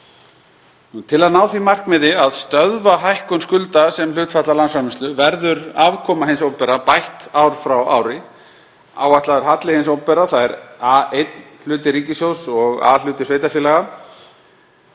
Til að ná því markmiði að stöðva hækkun skulda sem hlutfall af landsframleiðslu verður afkoma hins opinbera bætt ár frá ári. Áætlaður halli hins opinbera, þ.e. A1-hluta ríkissjóðs og A-hluta sveitarfélaga,